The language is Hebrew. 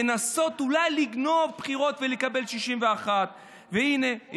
לנסות אולי לגנוב בחירות ולקבל 61. והינה,